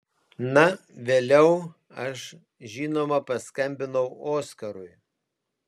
na vėliau aš žinoma paskambinau oskarui